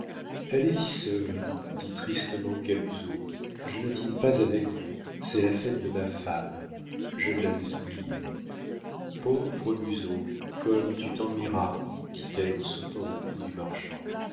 allez-y seuls dit tristement camusot je ne dîne pas avec vous c'est la fête de ma femme je l'avais oublié pauvre musot comme tu t'ennuieras dit-elle en sautant au cou du marchand